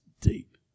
deep